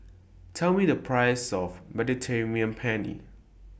Tell Me The Price of Mediterranean Penne